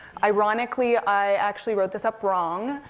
ironically, i actually wrote this up wrong.